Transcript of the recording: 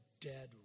dead